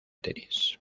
tenis